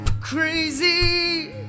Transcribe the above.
crazy